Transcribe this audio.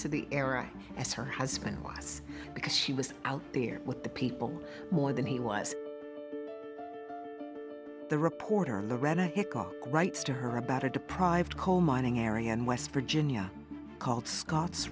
to the era as her husband was because she was out there with the people more than he was the reporter lorena hickok writes to her about a deprived coal mining area in west virginia called scot